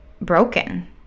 broken